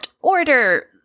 order